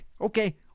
Okay